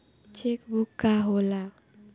Check book का होला?